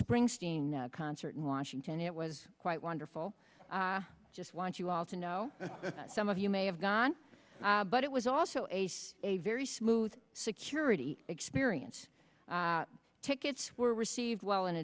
springsteen concert in washington it was quite wonderful i just want you all to know some of you may have gone but it was also a very smooth security experience tickets were received well in